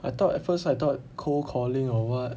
I thought at first I thought cold calling or what